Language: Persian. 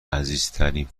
عزیزترین